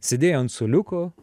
sėdėjo ant suoliuko